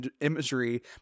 imagery